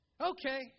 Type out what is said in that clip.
Okay